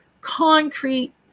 concrete